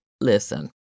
listen